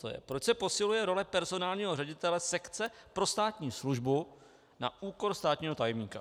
Mám dotaz, proč se posiluje role personálního ředitele sekce pro státní službu na úkor státního tajemníka.